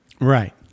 Right